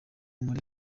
muri